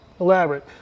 elaborate